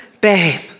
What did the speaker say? babe